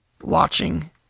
watching